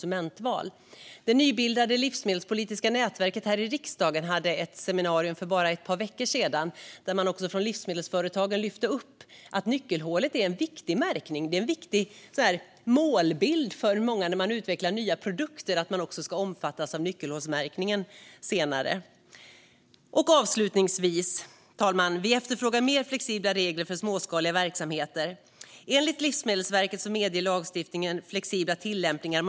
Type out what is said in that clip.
Riksdagens nybildade livsmedelspolitiska nätverk hade ett seminarium för bara några veckor sedan. Livsmedelsföretagen lyfte då upp att nyckelhålsmärkningen är viktig. Det är en målbild för många företag när de utvecklar nya produkter att dessa också ska bli nyckelhålsmärkta. Avslutningsvis, herr talman, efterfrågar vi mer flexibla regler för småskaliga verksamheter. Enligt Livsmedelsverket medger lagstiftningen flexibla tillämpningar.